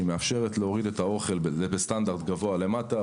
שהיא מאפשרת להוריד את האוכל בסטנדרט גבוה למטה.